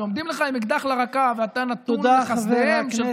כשעומדים לך עם אקדח לרקה ואתה נתון לחסדיהם של,